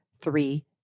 three